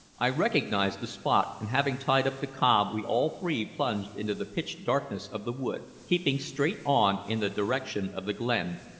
i recognized the spot, and having tied up the cob we all three plunged into the pitch-darkness of the wood, keeping straight on in the direction of the glen,